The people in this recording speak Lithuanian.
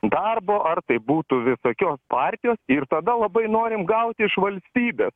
darbo ar tai būtų visokios partijos ir tada labai norim gaut iš valstybės